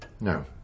No